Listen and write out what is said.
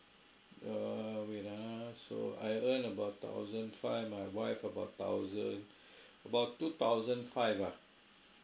err wait ah so I earn about thousand five my wife about thousand about two thousand five ah